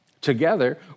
Together